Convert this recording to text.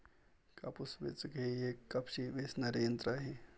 कापूस वेचक हे एक कापूस वेचणारे यंत्र आहे